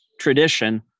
tradition